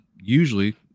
usually